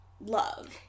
love